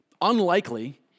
unlikely